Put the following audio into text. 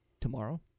Tomorrow